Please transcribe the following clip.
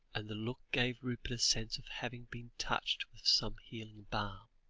and the look gave rupert a sense of having been touched with some healing balm.